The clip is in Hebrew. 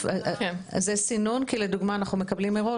זה סינון כי לדוגמה אנחנו מקבלים מראש.